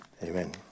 Amen